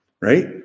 right